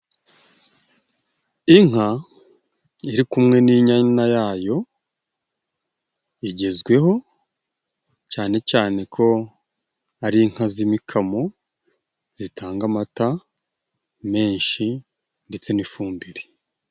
Inka iri kumwe n'inyana yayo igezweho, cyane cyane ko ari inka z'imikamo, zitanga amata menshi ndetse n'ifumbire.